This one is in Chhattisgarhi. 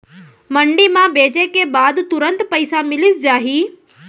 मंडी म बेचे के बाद तुरंत पइसा मिलिस जाही?